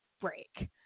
break